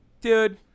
Dude